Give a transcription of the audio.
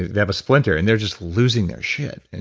they have a splinter and they're just losing their shit. and